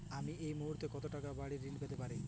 আমি এই মুহূর্তে কত টাকা বাড়ীর ঋণ পেতে পারি?